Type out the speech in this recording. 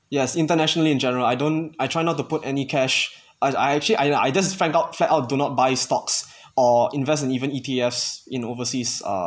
yes internationally in general I don't I try not to put any cash I I actually I I just found out flat out do not buy stocks or invest and even E_T_Fs in overseas err